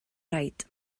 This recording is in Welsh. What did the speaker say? raid